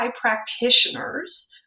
practitioners